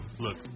Look